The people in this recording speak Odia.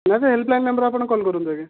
ନାଇଁ ସେ ହେଲ୍ପ୍ ଲାଇନ୍ ନମ୍ବର୍ରେ ଆପଣ କଲ୍ କରନ୍ତୁ ଆଜ୍ଞା